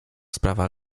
sprawa